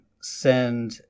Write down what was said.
send